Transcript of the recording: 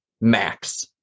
max